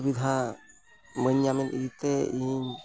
ᱥᱩᱵᱤᱫᱷᱟ ᱵᱟᱹᱧ ᱧᱟᱢᱮᱫ ᱤᱭᱟᱹᱛᱮ ᱤᱧ